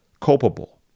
culpable